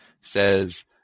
says